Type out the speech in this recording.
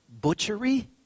butchery